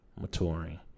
maturing